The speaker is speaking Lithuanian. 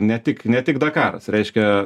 ne tik ne tik dakaras reiškia